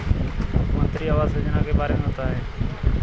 मुख्यमंत्री आवास योजना के बारे में बताए?